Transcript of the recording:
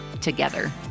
together